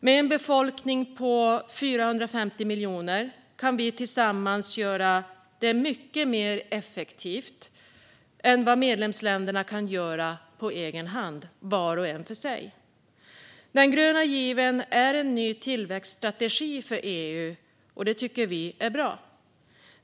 Med en befolkning på 450 miljoner kan vi tillsammans göra det mycket mer effektivt än vad medlemsländerna kan göra på egen hand, vart och ett för sig. Den gröna given är en ny tillväxtstrategi för EU, och det tycker vi är bra.